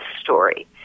story